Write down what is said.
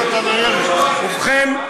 ובכן,